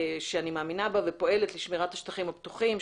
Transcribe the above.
שאני מאמינה בה ופועלת לשמירת השטחים הפתוחים,